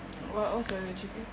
what what's your G_P_A